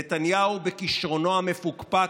נתניהו, בכישרונו המפוקפק,